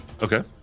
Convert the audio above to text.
okay